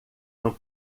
não